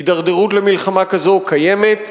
הידרדרות למלחמה כזאת קיימת,